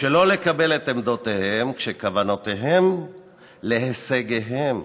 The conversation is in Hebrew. שלא לקבל את עמדותיהם כשכוונותיהם להישגיהם.